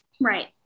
Right